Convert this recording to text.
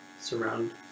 surround